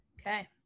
Okay